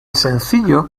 sencillo